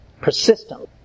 persistently